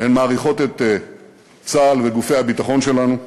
הן מעריכות את צה"ל ואת גופי הביטחון שלנו.